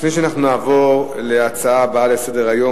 לפני שאנחנו נעבור להצעה הבאה לסדר-היום,